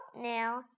now